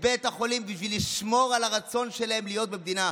בית החולים בשביל לשמור על הרצון שלהם להיות במדינה.